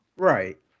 Right